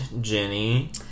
Jenny